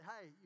hey